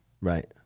Right